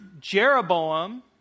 Jeroboam